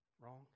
wrong